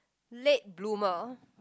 late bloomer